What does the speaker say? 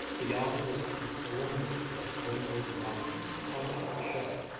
beyond was the solemnity of windward mountain's concave shell,